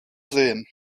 sehen